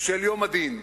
יום הדין.